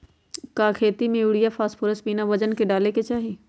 का खेती में यूरिया फास्फोरस बिना वजन के न डाले के चाहि?